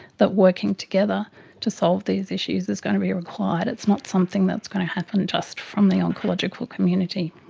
that working together to solve these issues is going to be required, it's not something that is going to happen just from the oncological community.